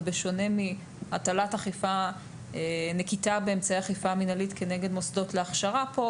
ובשונה מנקיטה באמצעי אכיפה מנהלית כנגד מוסדות להכשרה פה,